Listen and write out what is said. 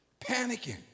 panicking